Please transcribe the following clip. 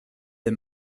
les